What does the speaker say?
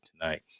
tonight